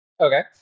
Okay